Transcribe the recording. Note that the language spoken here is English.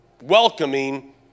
welcoming